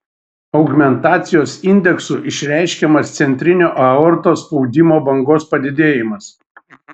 augmentacijos indeksu išreiškiamas centrinio aortos spaudimo bangos padidėjimas